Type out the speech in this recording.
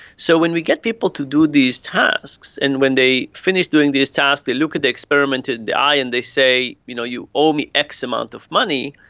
so when we get people to do these tasks and when they finish doing these tasks they look at the experimenter in the eye and they say, you know, you owe me x amount of money,